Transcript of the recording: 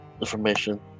information